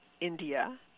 India